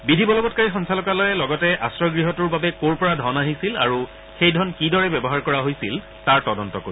বিধি বলবংকাৰী সঞ্চালকালয়ে লগতে আশ্ৰয় গৃহটোৰ বাবে কৰ পৰা ধন আহিছিল আৰু সেই ধন কিদৰে ব্যৱহাৰ কৰা হৈছিল তাৰ তদন্ত কৰিব